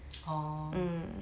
orh